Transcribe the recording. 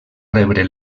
rebre